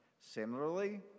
Similarly